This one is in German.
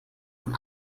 von